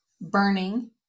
burning